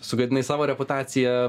sugadinai savo reputaciją